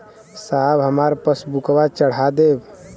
साहब हमार पासबुकवा चढ़ा देब?